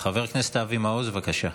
חבר הכנסת אבי מעוז, בבקשה.